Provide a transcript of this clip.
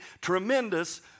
tremendous